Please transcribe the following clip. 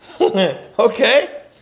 Okay